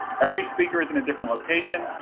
every speaker is in a different location,